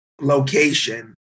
location